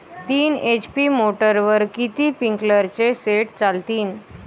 तीन एच.पी मोटरवर किती स्प्रिंकलरचे सेट चालतीन?